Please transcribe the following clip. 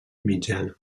mitjana